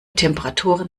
temperaturen